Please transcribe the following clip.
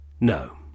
No